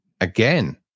again